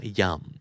yum